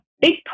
big